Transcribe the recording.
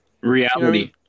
Reality